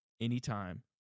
anytime